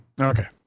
Okay